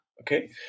okay